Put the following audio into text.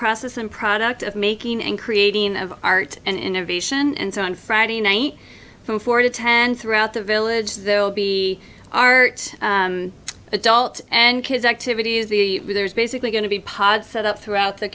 process and product of making and creating of art and innovation and so on friday night from four to ten throughout the village there will be art adult and kids activities the there's basically going to be pods set up throughout the